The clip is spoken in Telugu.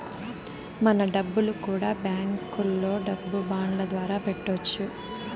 మన డబ్బులు కూడా బ్యాంకులో డబ్బు బాండ్ల ద్వారా పెట్టొచ్చు